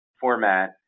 format